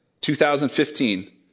2015